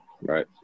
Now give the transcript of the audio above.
Right